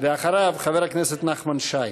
אחריו, חבר הכנסת נחמן שי.